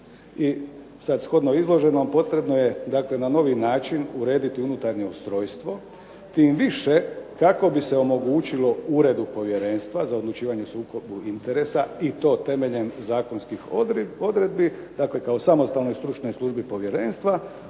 I sad shodno izloženom potrebno je dakle na novi način urediti unutarnje ustrojstvo, tim više kako bi se omogućilo Uredu povjerenstva za odlučivanje o sukobu interesa i to temeljem zakonskih odredbi, dakle kao samostalnoj stručnoj službi povjerenstva